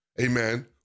amen